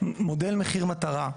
מודל מחיר מטרה.